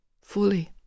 fully